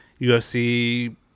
UFC